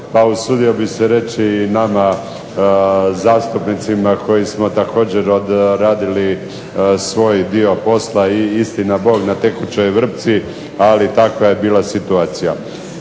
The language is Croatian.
usudio bih se reći i nama zastupnicima koji smo također odradili svoj dio posla i istina Bog na tekućoj vrpci, ali takva je bila situacija.